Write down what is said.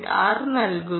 6 നൽകുന്നു